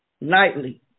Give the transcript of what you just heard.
nightly